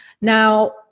Now